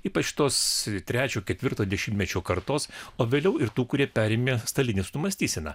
ypač tos trečio ketvirto dešimtmečio kartos o vėliau ir tų kurie perėmė stalinistų mąstyseną